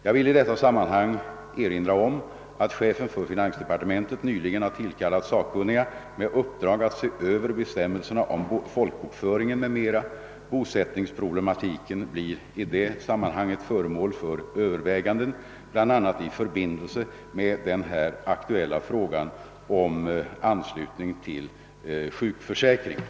Jag vill i detta sammanhang erinra om att chefen för finansdepartementet nyligen har tillkallat sakkunniga med uppdrag att se över bestämmelserna om folkbokföring m.m. Bosättningsproblematiken blir i det sammanhanget föremål för överväganden bl.a. i förbindelse med den här aktuella frågan om anslutning till sjukförsäkringen.